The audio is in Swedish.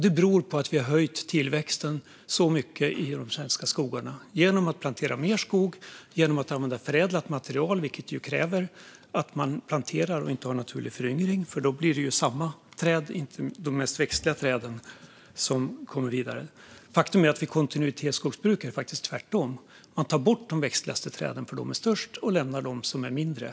Det beror på att vi har höjt tillväxten så mycket i de svenska skogarna genom att plantera mer skog och genom att använda förädlat material, vilket kräver att man planterar och inte har naturlig föryngring; då blir det ju samma träd och inte de mest växtliga träden som kommer vidare. Faktum är att det vid kontinuitetskogsbruk är tvärtom. Man tar bort de mest växtliga träden, eftersom de är störst, och lämnar dem som är mindre.